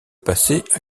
passait